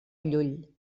llull